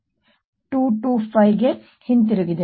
225 ಗೆ ಹಿಂತಿರುಗಿದೆ